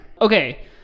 Okay